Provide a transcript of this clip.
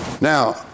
Now